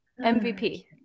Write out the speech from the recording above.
MVP